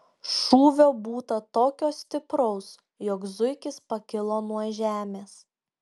šūvio būta tokio stipraus jog zuikis pakilo nuo žemės